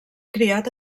criat